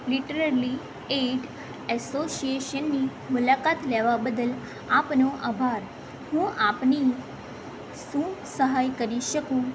literally aid એસોસિએશનની મુલાકાત લેવા બદલ આપનો આભાર હું આપની શું સહાય કરી શકું